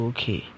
Okay